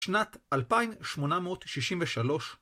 שנת 2863